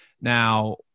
Now